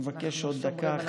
אני מבקש עוד דקה אחת.